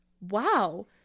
wow